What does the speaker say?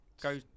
go